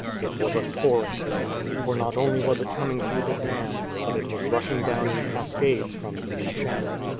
it was a torrent now, for not only was it coming through the dam, but it was rushing down in cascades from the new channel.